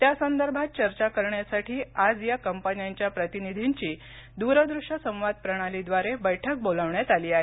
त्यासंदर्भात चर्चा करण्यासाठी आज या कंपन्यांच्या प्रतिनिधींची द्रद्रश्य संवाद प्रणालीद्वारे बैठक बोलावण्यात आली आहे